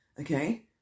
Okay